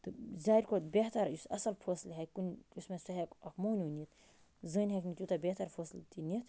تہٕ سارِوی کھۄتہٕ بہتر یُس اَصٕل فٲصلہٕ ہٮ۪کہِ کُنہِ یُس مےٚ سُہ ہٮ۪کہِ اَکھ مٔہٕنیوٗ نِتھ زٔنۍ ہٮ۪کہِ نہٕ تیوٗتاہ بہتر فٲصٕلہٕ تہِ نِتھ